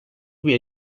bir